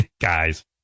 Guys